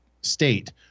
state